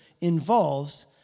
involves